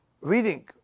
reading